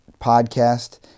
podcast